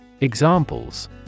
Examples